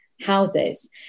houses